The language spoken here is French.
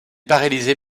paralysée